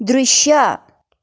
दृश्य